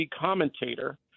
commentator